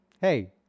Hey